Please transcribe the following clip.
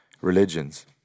religions